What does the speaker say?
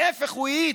להפך, הוא האיץ.